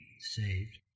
saved